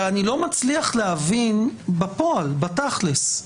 אבל אני לא מצליח להבין בפועל, בתכל'ס,